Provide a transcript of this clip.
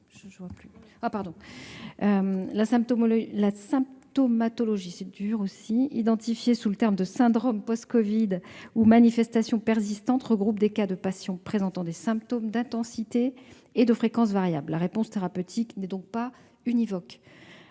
La symptomatologie identifiée sous le terme de « syndrome post-covid » ou « manifestations persistantes de covid » regroupe des cas de patients présentant des symptômes d'intensité et de fréquence variable. La réponse thérapeutique n'est donc pas univoque.